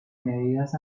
medidas